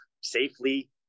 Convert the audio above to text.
safely